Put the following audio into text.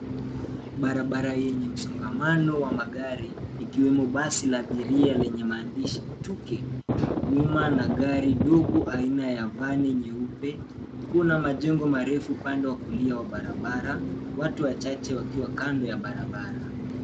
Barabara yenye msongamano wa magari ikiwemo basi la abiria lenye maandishi Tuke na gari dogo nyuma aina ya vani nyeupe. Kuna majengo marefu upande wa kulia wa barabara, watu wachache wakiwa kando ya barabara.